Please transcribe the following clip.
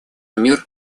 мир